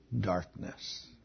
darkness